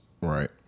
right